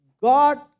God